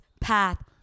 path